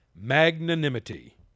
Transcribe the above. magnanimity